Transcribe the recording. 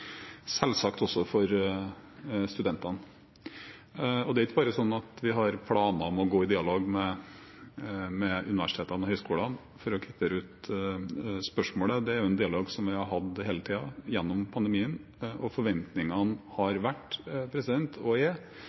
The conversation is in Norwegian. selvsagt også for studentene. For å kvittere ut spørsmålet: Det er ikke bare sånn at vi har planer om å gå i dialog med universitetene og høyskolene, det er en dialog vi har hatt hele tiden gjennom pandemien. Forventningene har vært